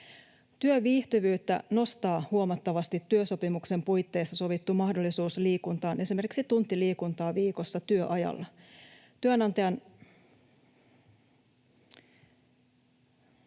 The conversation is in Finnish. Työviihtyvyyttä nostaa huomattavasti työsopimuksen puitteissa sovittu mahdollisuus liikuntaan, esimerkiksi tunti liikuntaa viikossa työajalla.